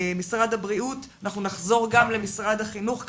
משרד הבריאות, אנחנו נחזור גם למשרד החינוך כמובן,